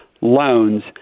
loans